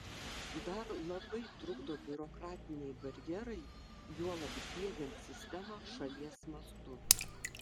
dar labai trukdo biurokratiniai barjerai juolab diegiant sistemą šalies mastu